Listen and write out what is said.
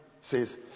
says